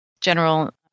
general